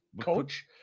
coach